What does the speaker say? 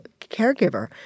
caregiver